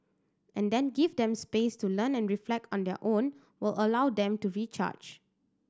and then give them space to learn and reflect on their own will allow them to recharge